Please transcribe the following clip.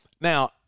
Now